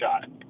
shot